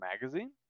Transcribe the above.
Magazine